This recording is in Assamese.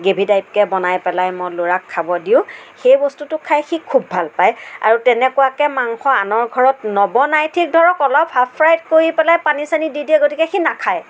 গ্ৰেভী টাইপকে বনাই পেলাই মই ল'ৰাক খাব দিওঁ সেই বস্তুটো খাই সি খুব ভাল পায় আৰু তেনেকুৱাকৈ মাংস আনৰ ঘৰত নবনাই ঠিক ধৰক অলপ হাফ ফ্ৰাই কৰি পেলাই পানী চানী দি দিয়ে গতিকে সি নাখায়